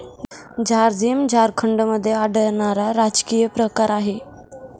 झारसीम झारखंडमध्ये आढळणारा राजकीय प्रकार आहे